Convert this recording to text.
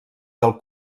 del